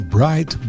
Bright